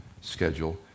schedule